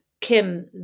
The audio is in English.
Kim